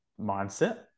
mindset